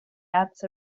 ads